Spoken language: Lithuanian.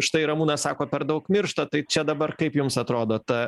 štai ramūnas sako per daug miršta tai čia dabar kaip jums atrodo ta